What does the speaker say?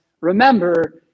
remember